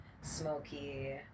Smoky